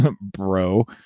bro